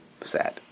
sad